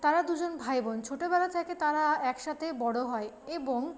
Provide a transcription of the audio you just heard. তারা দুজন ভাই বোন ছোটবেলা থেকে তারা একসাথে বড় হয় এবং